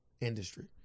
industry